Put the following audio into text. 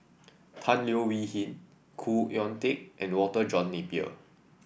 Tan Leo Wee Hin Khoo Oon Teik and Walter John Napier